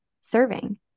serving